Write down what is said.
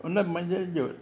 उन मंझंदि जो